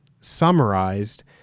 summarized